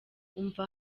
umva